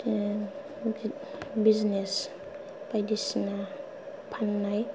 आह business बायदिसना फाननाय